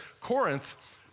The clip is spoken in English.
Corinth